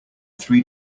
three